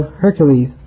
Hercules